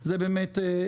זה בסדר.